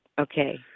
Okay